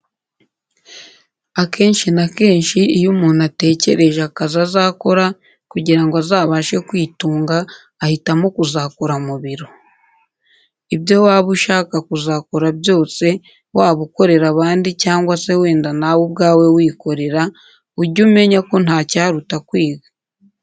Akenshi na kenshi iyo umuntu atekereje akazi azakora kugira ngo azabashe kwitunga, ahitamo kuzakora mu biro. Ibyo waba ushaka kuzakora byose, waba ukorera abandi cyangwa se wenda nawe ubwawe wikorera, ujye umenya ko nta cyaruta kwiga.